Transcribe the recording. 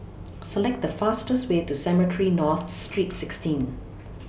Select The fastest Way to Cemetry North Street sixteen